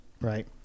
right